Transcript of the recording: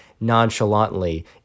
nonchalantly